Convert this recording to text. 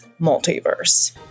Multiverse